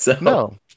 No